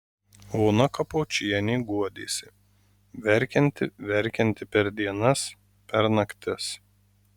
ona kapočienė guodėsi verkianti verkianti per dienas per naktis